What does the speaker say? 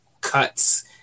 cuts